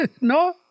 no